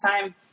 time